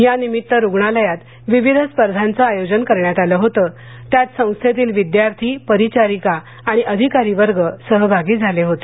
या निमित्त रुग्णालयात विविध स्पर्धांचं आयोजन करण्यात आलं होत त्यात संस्थेतील विद्यार्थी परिचारिका आणि अधिकारी वर्ग सहभागी झाले होते